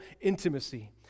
intimacy